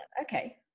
Okay